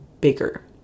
bigger